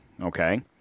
okay